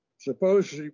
Suppose